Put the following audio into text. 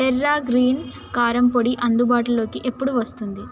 Terra Greens కారం పొడి అందుబాటులోకి ఎప్పుడు వస్తుంది